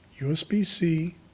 USB-C